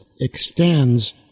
extends